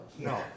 No